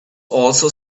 also